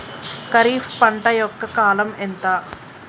ఖరీఫ్ పంట యొక్క కాలం ఎంత?